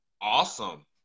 awesome